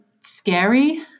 scary